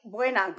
Buena